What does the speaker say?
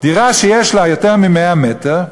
דירה שיש בה יותר מ-100 מטר,